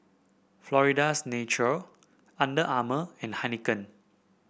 Florida's Natural Under Armour and Heinekein